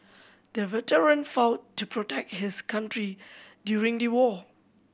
the veteran fought to protect his country during the war